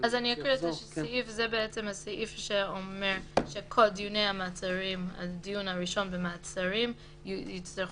זה הסעיף שאומר שדיון ראשון במעצרים יצטרך